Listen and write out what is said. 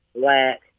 black